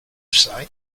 sight